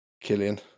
Killian